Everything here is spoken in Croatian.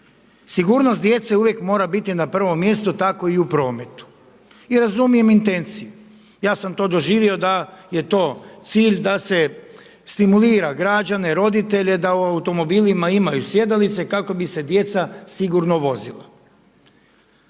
Sigurnost djece uvijek mora biti na prvom mjestu tako i u prometu i razumijem intenciju. Ja sam to doživio da je to cilj da se stimulira građane, roditelje da u automobilima imaju sjedalice kako bi se djeca sigurno vozila.